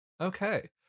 Okay